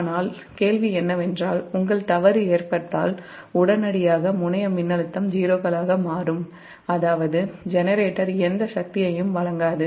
ஆனால் கேள்வி என்னவென்றால் உங்கள் தவறு ஏற்பட்டால் உடனடியாக முனைய மின்னழுத்தம் '0'களாக மாறும் அதாவது ஜெனரேட்டர் எந்த சக்தியையும் வழங்காது